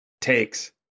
takes